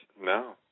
No